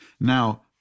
Now